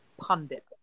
pundit